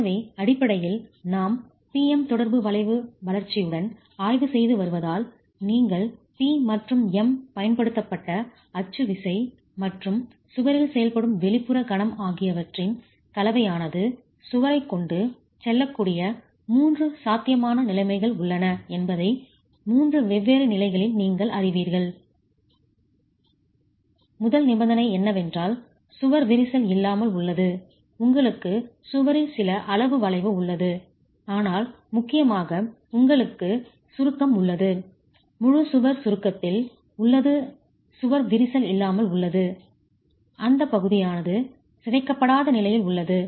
எனவே அடிப்படையில் நாம் P M தொடர்பு வளைவு வளர்ச்சியுடன் ஆய்வு செய்து வருவதால் P மற்றும் M பயன்படுத்தப்பட்ட அச்சு விசை மற்றும் சுவரில் செயல்படும் வெளிப்புற கணம் ஆகியவற்றின் கலவையானது சுவரைக் கொண்டு செல்லக்கூடிய மூன்று சாத்தியமான நிலைமைகள் உள்ளன என்பதை மூன்று வெவ்வேறு நிலைகளில் நீங்கள் அறிவீர்கள் முதல் நிபந்தனை என்னவென்றால் சுவர் விரிசல் இல்லாமல் உள்ளது உங்களுக்கு சுவரில் சில அளவு வளைவு உள்ளது ஆனால் முக்கியமாக உங்களுக்கு சுருக்கம் உள்ளது முழு சுவர் சுருக்கத்தில் காம்ப்ரசிவ் ஸ்ட்ரெஸ் உள்ளது சுவர் விரிசல் இல்லாமல் உள்ளது அந்த பகுதியானது சிதைக்கப்படாத நிலையில் உள்ளது